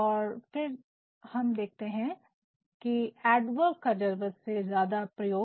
और फिर देखते है एडवर्ब का ज़रुरत से ज्यादा प्रयोग